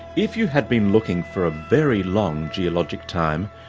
if you had been looking for a very long geologic time,